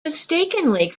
mistakenly